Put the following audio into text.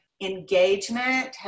engagement